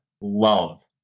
love